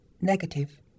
Negative